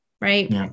Right